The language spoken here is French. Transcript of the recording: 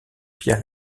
pieds